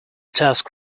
task